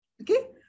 Okay